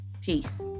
Peace